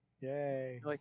Yay